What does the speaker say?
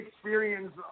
experience